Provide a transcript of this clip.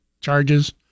charges